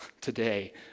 today